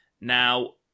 Now